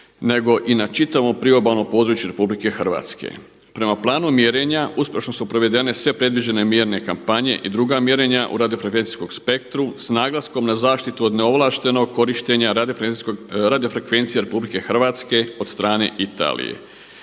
nego i na čitavom priobalnom području RH. Prema planu mjerenja uspješno su prevedene sve predviđene mjerne kampanje i druga mjerenja u radio frekvencijskom spektru s naglaskom na zaštitu od neovlaštenog korištenja radiofrekvencije RH od strane Italije.